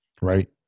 Right